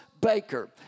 baker